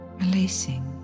releasing